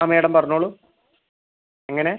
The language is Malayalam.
ആ മേഡം പറഞ്ഞോളൂ എങ്ങനെ